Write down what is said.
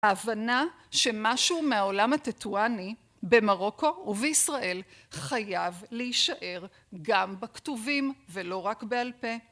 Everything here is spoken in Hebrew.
ההבנה שמשהו מהעולם הטיטואני במרוקו ובישראל חייב להישאר גם בכתובים ולא רק בעל פה.